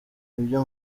ibyo